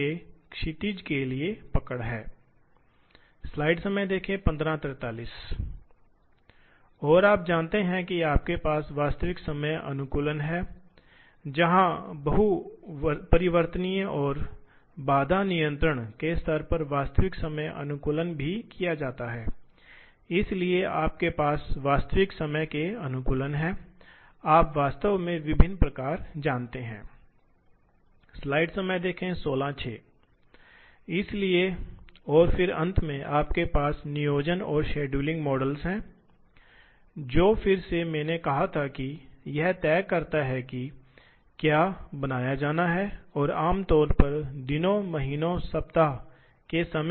भागों के लिए छोटे लॉट में अक्सर प्रक्रिया होती है क्योंकि अगर आप अक्सर छोटे भागों में प्रक्रिया करते हैं तो आप करेंगे यदि आप स्वचालन का उपयोग नहीं करते हैं तो आप बहुत से सेट अप समय से बहुत अधिक समय खर्च करने जा रहे हैं इसलिए हर बार जब आप एक नया बहुत है आप समय की एक अच्छी राशि खर्च करेंगे तब आप निर्माण करेंगे चूंकि बहुत सारे छोटे हैं इसलिए आप थोड़ी देर का निर्माण करने जा रहे हैं और फिर आपको सेटअप में समय बिताना होगा इसलिए वास्तविक एक मशीन का उत्पादक समय